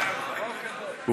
ממלכתי (תיקון, חינוך ערבי), התשע"ה 2015, נתקבלה.